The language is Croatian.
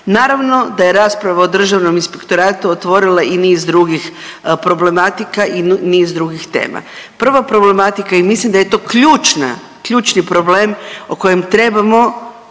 Naravno da je rasprava o Državnom inspektoratu otvorila i niz drugih problematika i niz drugih tema. Prva problematika i mislim da je to ključni problem o kojem trebamo